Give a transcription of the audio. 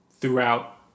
throughout